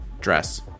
dress